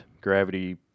gravity